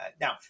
Now